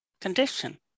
condition